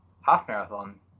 half-marathon